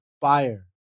buyer